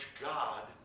God